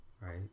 Right